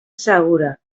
segura